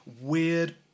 weird